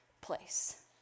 place